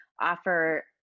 offer